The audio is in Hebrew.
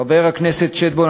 חבר הכנסת שטבון,